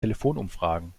telefonumfragen